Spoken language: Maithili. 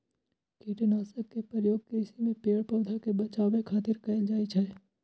कीटनाशक के प्रयोग कृषि मे पेड़, पौधा कें बचाबै खातिर कैल जाइ छै